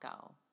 go